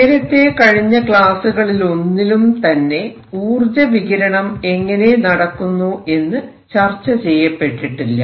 നേരത്തെ കഴിഞ്ഞ ക്ലാസ്സുകളിലൊന്നിലും തന്നെ ഊർജ വികിരണം എങ്ങനെ നടക്കുന്നു എന്ന് ചർച്ച ചെയ്യപ്പെട്ടിട്ടില്ല